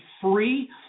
free